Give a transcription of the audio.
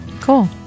cool